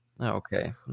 Okay